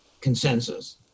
consensus